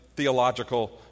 theological